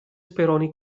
speroni